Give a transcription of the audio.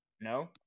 No